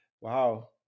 wow